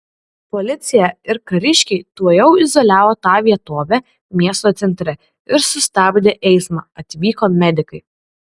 policija ir kariškiai tuojau izoliavo tą vietovę miesto centre ir sustabdė eismą atvyko medikai